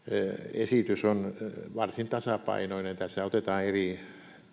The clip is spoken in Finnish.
esitys on varsin tasapainoinen tässä otetaan eri